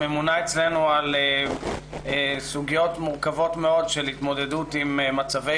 הממונה אצלנו על סוגיות מורכבות מאוד של התמודדות עם מצבי